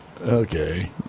Okay